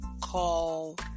call